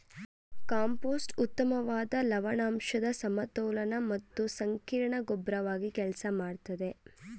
compost ಉತ್ತಮ್ವಾದ ಲವಣಾಂಶದ್ ಸಮತೋಲನ ಮತ್ತು ಸಂಕೀರ್ಣ ಗೊಬ್ರವಾಗಿ ಕೆಲ್ಸ ಮಾಡ್ತದೆ